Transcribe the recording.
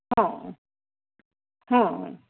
हां हां